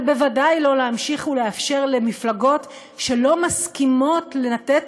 אבל בוודאי לא להמשיך ולאפשר למפלגות שלא מסכימות לתת